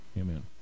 Amen